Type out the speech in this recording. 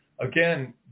again